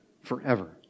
forever